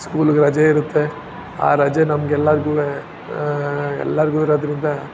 ಸ್ಕೂಲಿಗೆ ರಜೆ ಇರುತ್ತೆ ಆ ರಜೆ ನಮ್ಗೆಲ್ಲರ್ಗೂ ಎಲ್ಲರಿಗೂ ಇರೋದರಿಂದ